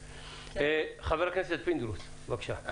חבר הכנסת פינדרוס, בבקשה.